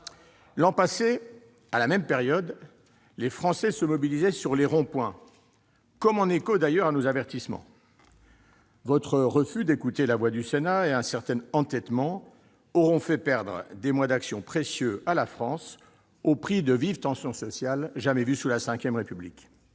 L'an passé, à la même période, les Français se mobilisaient sur les ronds-points, comme en écho à nos avertissements. Votre refus d'écouter la voix du Sénat et un certain entêtement auront fait perdre des mois d'action précieux à la France, au prix de vives tensions sociales, jamais vues sous la V République.